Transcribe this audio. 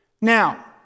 Now